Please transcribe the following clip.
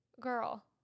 Girl